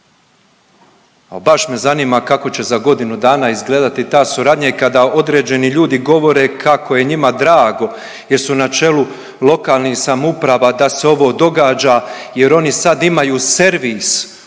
baš me zanima kako će za godinu dana izgledati ta suradnja kada određeni ljudi govore kako je njima drago jer su načelu lokalnih samouprava da se ovo događaja jer oni sad imaju servis